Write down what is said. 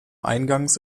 eingangs